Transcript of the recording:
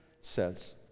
says